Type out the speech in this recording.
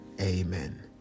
amen